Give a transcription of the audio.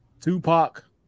Tupac